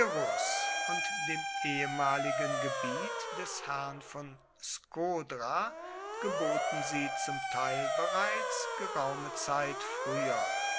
und dem ehemaligen gebiet des herrn von skodra geboten sie zum teil bereits geraume zeit früher